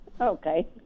Okay